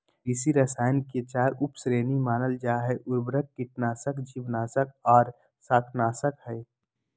कृषि रसायन के चार उप श्रेणी मानल जा हई, उर्वरक, कीटनाशक, जीवनाशक आर शाकनाशक हई